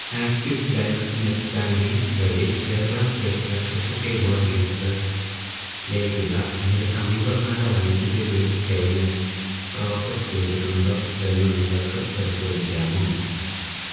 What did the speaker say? axis bank net banking വഴി Kerala state electricity board limited ലേക്കുള്ള എൻ്റെ സമീപകാല വൈദ്യുതി ബിൽ പേയ്മെൻ്റ് പ്രോസസ്സ് ചെയ്തിട്ടുണ്ടോ എന്ന് നിങ്ങൾക്ക് പരിശോധിക്കാമോ